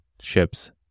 ships